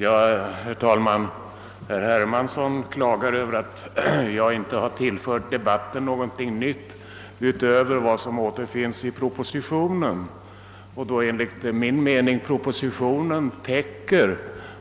Herr talman! Herr Hermansson klagar över att jag inte har tillfört debat ten någonting utöver vad som återfinns i propositionen. Då enligt min mening propositionen täcker